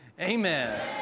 amen